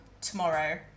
tomorrow